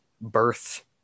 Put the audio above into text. birth